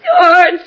George